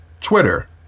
Twitter